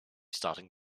starting